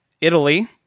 Italy